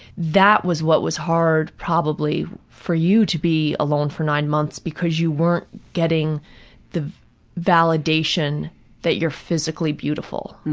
that was what was hard, probably, for you to be alone for nine months because you weren't getting the validation that you're physically beautiful.